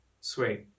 Sweet